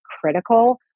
critical